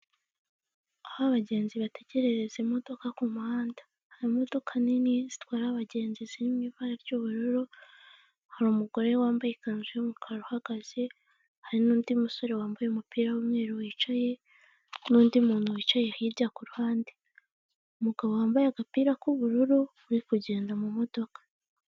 Aho abagenzi bategerereza imodoka ku muhanda. Hari imodoka nini zitwara abagenzi ziri mu ibara ry'ubururu, hari umugore wambaye ikanzu y'umukara uhagaze; hari n'undi musore wambaye umupira w'umweru wicaye, n'undi muntu wicaye hirya ku ruhande; umugabo wambaye agapira k'ubururu uri kugenda mu modoka.